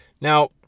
Now